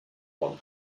one